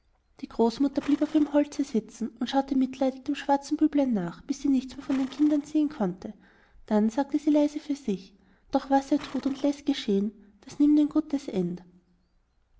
die großmutter blieb auf ihrem holze sitzen und schaute mitleidig dem schwarzen büblein nach bis sie nichts mehr von den kindern sehen konnte dann sagte sie leise für sich doch was er tut und läßt geschehn das nimmt ein gutes end